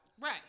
Right